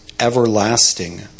everlasting